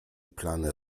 plany